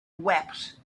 wept